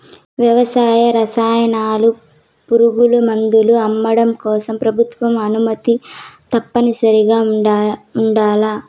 వ్యవసాయ రసాయనాలు, పురుగుమందులు అమ్మడం కోసం ప్రభుత్వ అనుమతి తప్పనిసరిగా ఉండల్ల